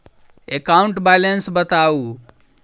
account balance बताउ